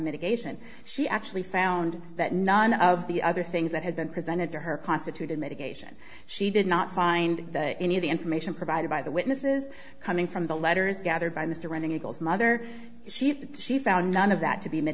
mitigation she actually found that none of the other things that had been presented to her constituted medication she did not find any of the information provided by the witnesses coming from the letters gathered by mr running a girl's mother she thought she found none of that to be